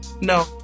no